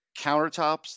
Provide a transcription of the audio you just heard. countertops